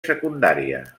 secundària